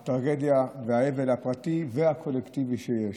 ואת הטרגדיה והאבל הפרטי והקולקטיבי שיש.